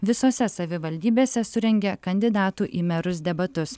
visose savivaldybėse surengė kandidatų į merus debatus